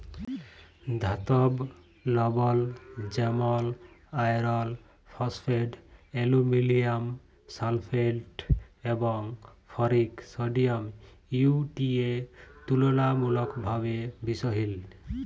ধাতব লবল যেমল আয়রল ফসফেট, আলুমিলিয়াম সালফেট এবং ফেরিক সডিয়াম ইউ.টি.এ তুললামূলকভাবে বিশহিল